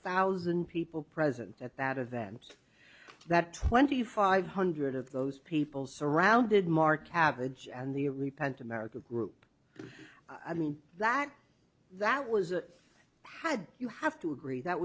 thousand people present at that event that twenty five hundred of those people surrounded marc habits and the repent america group i mean that that was had you have to agree that